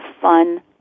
fun